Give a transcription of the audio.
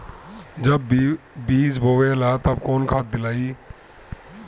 जब बीज बोवाला तब कौन खाद दियाई?